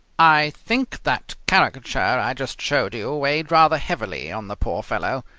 i think that caricature i just showed you weighed rather heavily on the poor fellow.